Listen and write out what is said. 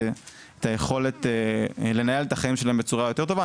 את היכולת לנהל את החיים שלהם בצורה יותר טובה.